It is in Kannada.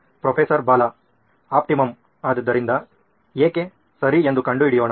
ಪ್ರೊಫೆಸರ್ ಬಾಲಾ ಆಪ್ಟಿಮಮ್ ಆದ್ದರಿಂದ ಏಕೆ ಸರಿ ಎಂದು ಕಂಡುಹಿಡಿಯೋಣ